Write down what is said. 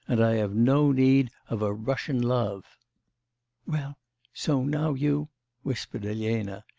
and i have no need of a russian love well so now you whispered elena.